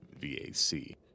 V-A-C